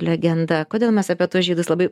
legenda kodėl mes apie tuos žydus labai